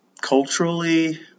culturally